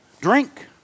drink